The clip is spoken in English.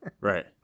Right